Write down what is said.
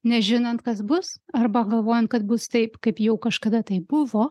nežinant kas bus arba galvojant kad bus taip kaip jau kažkada tai buvo